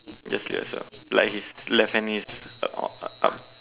just like his left hand is uh on uh up